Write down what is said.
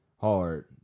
hard